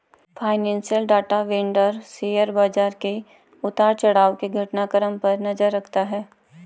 financial data vendor share बाजार के उतार चढ़ाव के घटनाक्रम पर नजर रखता है